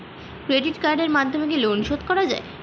Credit কার্ডের মাধ্যমে কি লোন শোধ করা যায়?